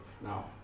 now